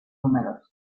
húmedos